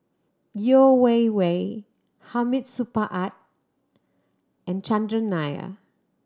Yeo Wei Wei Hamid Supaat and Chandran Nair